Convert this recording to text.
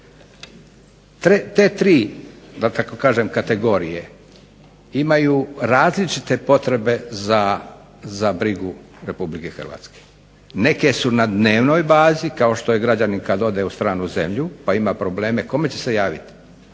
Te tri da tako kažem kategorije imaju različite potrebe za brigu RH. Neke su na dnevnoj bazi kao što je građanin kad ode u stranu zemlju pa ima probleme. Kome će se javiti?